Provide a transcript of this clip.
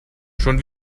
schon